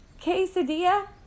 quesadilla